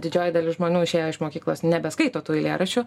didžioji dalis žmonių išėję iš mokyklos nebeskaito tų eilėraščių